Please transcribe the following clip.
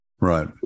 Right